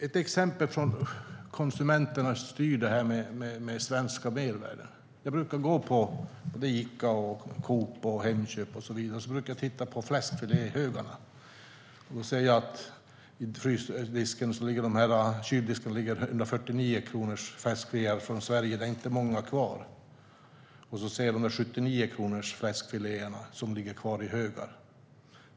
Jag vill ge ett exempel på det här med svenska mervärden och hur konsumenterna styr. Jag brukar gå till Ica, Coop, Hemköp och så vidare, och så tittar jag på fläskfiléhögarna. I kyldisken är det inte många fläskfiléer från Sverige för 149 kronor kilot kvar. Och fläskfiléerna för 79 kronor kilot ligger kvar i högar.